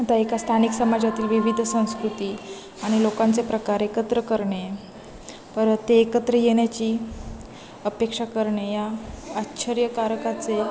आता एका स्थानिक समाजातील विविध संस्कृती आणि लोकांचे प्रकारे एकत्र करणे परत ते एकत्र येण्याची अपेक्षा करणे या आश्चर्यकारकाचे